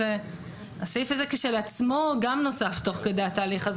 והסעיף הזה כשלעצמו גם נוסף תוך כדי התהליך.